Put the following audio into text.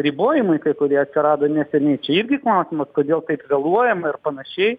ribojimai kai kurie atsirado neseniai čia irgi klausimas kodėl taip vėluojama ir panašiai